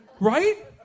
right